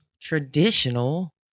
traditional